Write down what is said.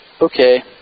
okay